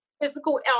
physical